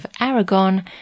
Aragon